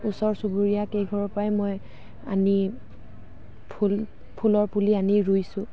ওচৰ চুবুৰীয়া কেইঘৰৰ পৰাই মই আনি ফুল ফুলৰ পুলি আনি ৰুইছোঁ